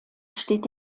steht